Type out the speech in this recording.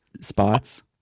spots